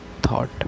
thought